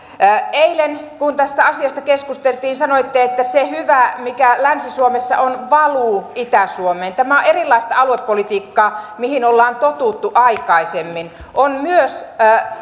eilen kun tästä asiasta keskusteltiin sanoitte että se hyvä mikä länsi suomessa on valuu itä suomeen tämä on erilaista aluepolitiikkaa kuin mihin ollaan totuttu aikaisemmin on myös